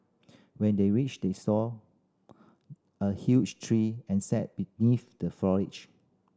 when they reached they saw a huge tree and sat beneath the foliage